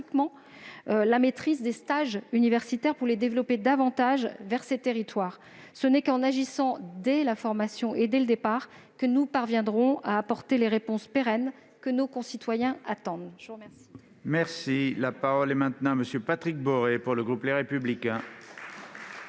l'organisation des stages universitaires, afin d'orienter davantage les étudiants vers ces territoires. Ce n'est qu'en agissant dès la formation, dès le départ, que nous parviendrons à apporter les réponses pérennes que nos concitoyens attendent.